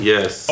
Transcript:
Yes